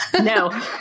no